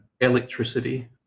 electricity